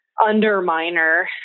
underminer